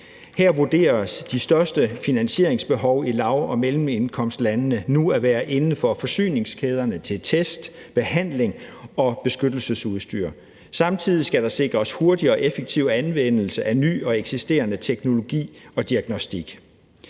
Her vurderes de største finansieringsbehov i lav- og mellemindkomstlandene nu at være inden for forsyningskæderne til test, behandling og beskyttelsesudstyr. Samtidig skal der sikres hurtig og effektiv anvendelse af ny og eksisterende teknologi og diagnostik.